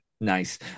nice